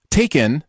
taken